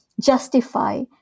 justify